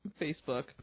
Facebook